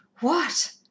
What